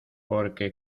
porque